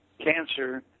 cancer